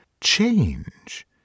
change